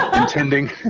intending